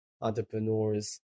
entrepreneurs